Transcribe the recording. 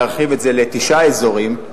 להרחיב את זה לתשעה אזורים,